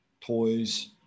toys